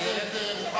נא להצביע.